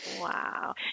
wow